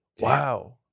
wow